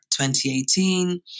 2018